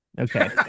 okay